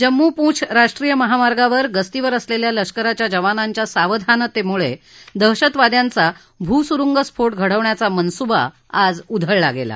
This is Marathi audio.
जम्मू पूँछ राष्ट्रीय महामार्गावर गस्तीवर असलेल्या लष्कराच्या जवानांच्या सावधानतेमुळे दहशतवाद्यांचा भू सुरूंग स्फोट घडवण्याचा मनसुबा आज उधळला गेला